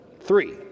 three